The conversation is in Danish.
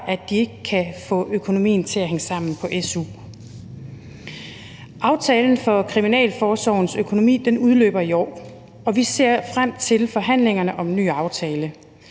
at de ikke kan få økonomien til at hænge sammen på su. Aftalen for Kriminalforsorgens økonomi udløber i år, og vi ser frem til forhandlingerne om en ny aftale.